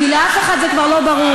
כי לאף אחד זה כבר לא ברור.